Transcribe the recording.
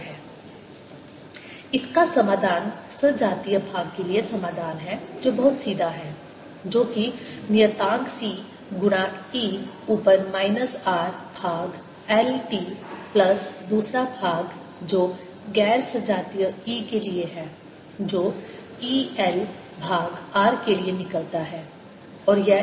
ϵ LdIdtIR or LdIdtIRϵ dIdtRLIL इसका समाधान सजातीय भाग के लिए समाधान है जो बहुत सीधा है जो कि नियतांक C गुणा e ऊपर माइनस R भाग L t प्लस दूसरा भाग जो गैर सजातीय E के लिए है जो E L भाग R के लिए निकलता है